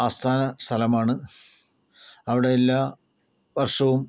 ആസ്ഥാന സ്ഥലമാണ് അവിടെ എല്ലാ വർഷവും